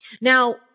Now